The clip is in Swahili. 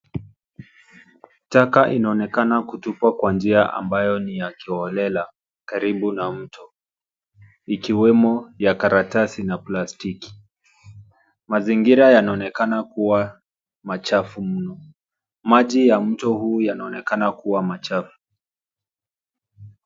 Taka inaonekana kutupwa kwa njia ambayo ni ya kiholela karibu na mto ikiwemo ya karatasi na plastiki. Mazingira yanaonekana kuwa machafu, Maji ya mto huu yanaonekana kuwa machafu.